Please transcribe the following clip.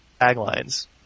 taglines